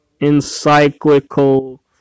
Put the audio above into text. encyclical